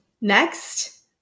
Next